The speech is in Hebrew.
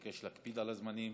אני מבקש להקפיד על הזמנים.